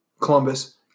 Columbus